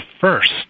first